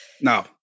No